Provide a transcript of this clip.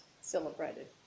celebrated